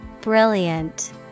Brilliant